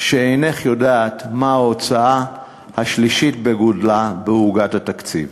שאינך יודעת מה ההוצאה השלישית בגודלה בעוגת התקציב.